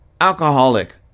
Alcoholic